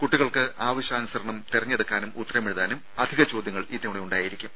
കുട്ടികൾക്ക് ആവശ്യാനുസരണം തെരഞ്ഞെടുക്കാനും ഉത്തരമെഴുതാനും അധിക ചോദ്യങ്ങൾ ഇത്തവണ ഉണ്ടായിരിക്കും